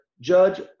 judge